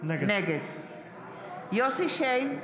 נגד יוסף שיין,